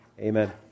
amen